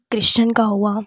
Christian का हुआ